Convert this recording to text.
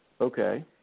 Okay